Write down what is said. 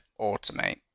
automate